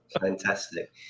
Fantastic